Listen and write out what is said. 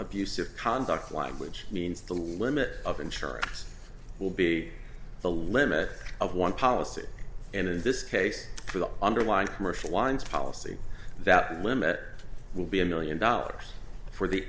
abusive conduct language means the limit of insurance will be the limit of one policy and in this case for the underlying commercial lines policy that limit will be a million dollars for the